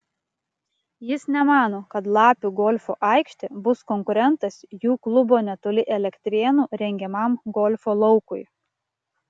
jis nemano kad lapių golfo aikštė bus konkurentas jų klubo netoli elektrėnų rengiamam golfo laukui